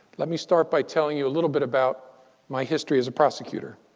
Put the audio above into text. let me start by telling you a little bit about my history as a prosecutor.